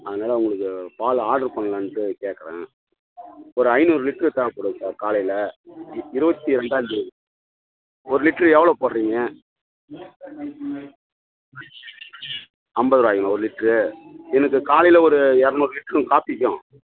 அதனால் உங்களுக்கு பால் ஆர்டர் பண்ணலான்ட்டு கேட்கறேன் ஒரு ஐநூறு லிட்ரு தேவைப்படும் சார் காலையில் இருபத்தி ரெண்டாந்தேதி ஒரு லிட்ரு எவ்வளோ போட்டுறீங்க ஐம்பது ரூபாய்ங்களா ஒரு லிட்ரு எனக்கு காலையில் ஒரு இரநூறு லிட்ரும் காப்பிக்கும்